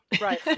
Right